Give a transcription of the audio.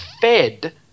fed